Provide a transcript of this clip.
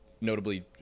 Notably